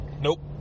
Nope